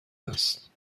است